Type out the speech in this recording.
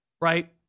right